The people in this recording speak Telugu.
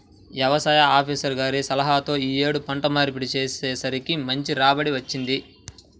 యవసాయ ఆపీసర్ గారి సలహాతో యీ యేడు పంట మార్పిడి చేసేసరికి మంచి రాబడి వచ్చింది